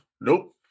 nope